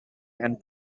and